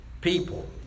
people